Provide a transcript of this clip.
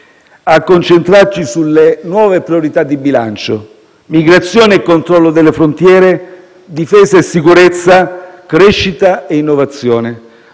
a concentrarci sulle nuove priorità di bilancio: migrazione e controllo delle frontiere, difesa e sicurezza, crescita e innovazione.